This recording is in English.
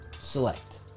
select